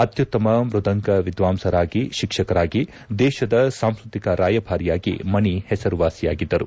ಅತ್ಯುತ್ತಮ ಮ್ಯದಂಗ ವಿದ್ವಾಂಸರಾಗಿ ಶಿಕ್ಷಕರಾಗಿ ದೇಶದ ಸಾಂಸ್ಪತಿಕ ರಾಯಬಾರಿಯಾಗಿ ಮಣಿ ಹೆಸರು ವಾಸಿಯಾಗಿದ್ದರು